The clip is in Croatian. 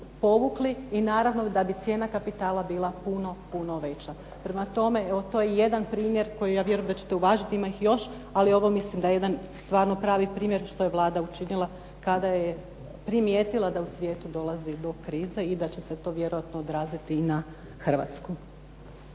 i naravno da bi cijena kapitala bila puno, puno veća. Prema tome, evo to je jedan primjer koji ja vjerujem da ćete uvažiti. Ima ih još, ali ovo mislim da je jedan stvarno pravi primjer što je Vlada učinila kada je primijetila da u svijetu dolazi do krize i da će se to vjerojatno odraziti i na Hrvatsku.